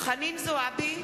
חנין זועבי,